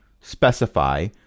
specify